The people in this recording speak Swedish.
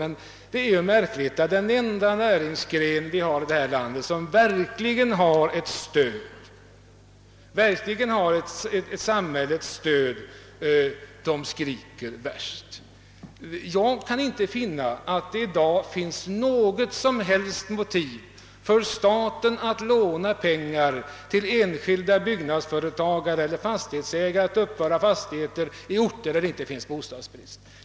Men det är märkligt att i den enda näringsgren i detta land som verkligen har ett samhällets stöd, där skriker man värst. Jag kan inte se att det i dag finns, något som helst motiv för staten att låna pengar till enskilda byggnadsföretagare eller fastighetsägare för att uppföra fastigheter på orter där det inte råder bostadsbrist.